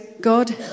God